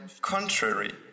contrary